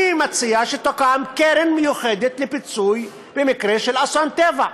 אני מציע שתוקם קרן מיוחדת לפיצוי במקרה של אסון טבע.